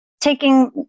taking